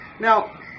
Now